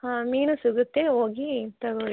ಹಾಂ ಮೀನು ಸಿಗುತ್ತೆ ಹೋಗಿ ತೊಗೊಳಿ